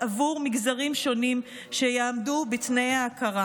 עבור מגזרים שונים שיעמדו בתנאי ההכרה.